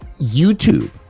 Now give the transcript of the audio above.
YouTube